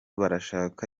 barashaka